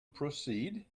proceed